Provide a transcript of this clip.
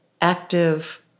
active